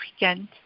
weekend